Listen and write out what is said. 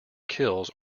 kills